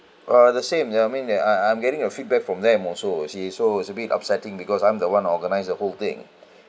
uh the same ya I mean ya I I I'm getting a feedback from them also okay so it's a bit upsetting because I'm the one organise the whole thing